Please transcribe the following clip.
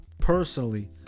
personally